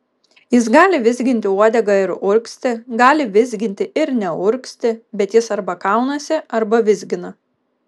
jis gali vizginti uodegą ir urgzti gali vizginti ir neurgzti bet jis arba kaunasi arba vizgina